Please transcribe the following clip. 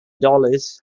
dollars